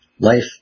Life